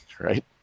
Right